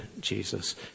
Jesus